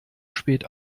spät